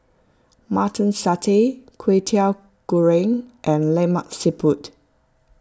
Mutton Satay Kwetiau Goreng and Lemak Siput